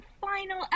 final